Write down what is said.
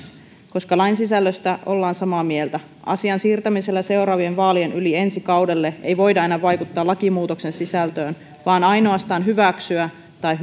koska lain sisällöstä ollaan samaa mieltä asian siirtämisellä seuraavien vaalien yli ensi kaudelle ei voida enää vaikuttaa lakimuutoksen sisältöön vaan ainoastaan hyväksyä tai